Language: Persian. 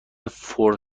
فور